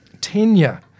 tenure